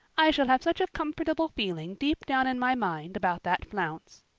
i shall have such a comfortable feeling deep down in my mind about that flounce.